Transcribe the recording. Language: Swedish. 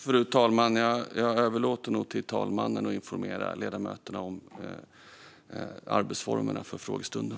Fru talman! Jag överlåter nog till talmannen att informera ledamöterna om arbetsformerna för frågestunden.